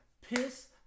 piss